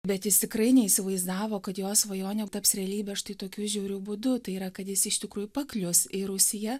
bet jis tikrai neįsivaizdavo kad jo svajonė taps realybe štai tokiu žiauriu būdu tai yra kad jis iš tikrųjų paklius į rusiją